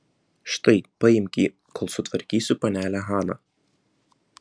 štai paimk jį kol sutvarkysiu panelę haną